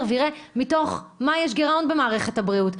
ויראה מתוך מה יש גירעון במערכת הבריאות,